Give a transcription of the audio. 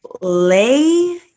lay